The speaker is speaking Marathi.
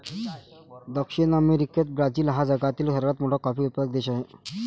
दक्षिण अमेरिकेत ब्राझील हा जगातील सर्वात मोठा कॉफी उत्पादक देश आहे